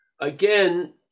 again